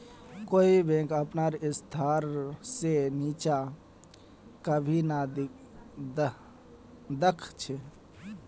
कोई भी बैंक अपनार स्तर से नीचा कभी नी दख छे